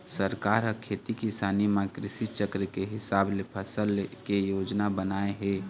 सरकार ह खेती किसानी म कृषि चक्र के हिसाब ले फसल ले के योजना बनाए हे